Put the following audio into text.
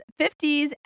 50s